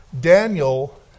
Daniel